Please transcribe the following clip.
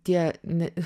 tie ne